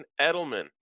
Edelman